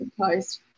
post